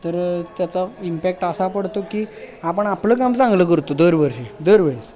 तर त्याचा इम्पॅक्ट असा पडतो की आपण आपलं काम चांगलं करतो दरवर्षी दरवेळेस